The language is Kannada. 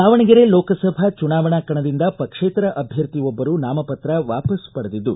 ದಾವಣಗೆರೆ ಲೋಕಸಭಾ ಚುನಾವಣಾ ಕಣದಿಂದ ಪಕ್ಷೇತರ ಅಭ್ಯರ್ಥಿ ಒಬ್ಬರು ನಾಮಪ್ರತ್ರ ವಾಪಾಸ್ ಪಡೆದಿದ್ದು